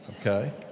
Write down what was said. okay